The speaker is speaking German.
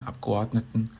abgeordneten